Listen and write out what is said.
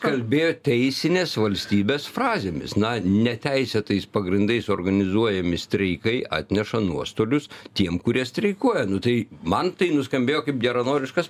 kalbėjo teisinės valstybės frazėmis na neteisėtais pagrindais organizuojami streikai atneša nuostolius tiem kurie streikuoja nu tai man tai nuskambėjo kaip geranoriškas